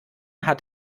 hat